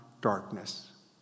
darkness